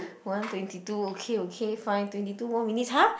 one twenty two okay okay fine twenty two more minutes !huh!